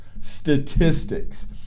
statistics